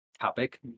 topic